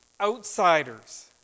outsiders